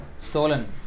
stolen